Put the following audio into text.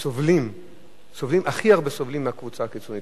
שסובלים הכי הרבה מהקבוצה הקיצונית.